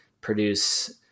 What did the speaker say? produce